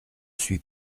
suis